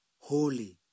Holy